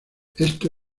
esto